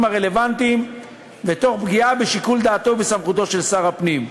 הרלוונטיים תוך פגיעה בשיקול דעתו ובסמכותו של שר הפנים.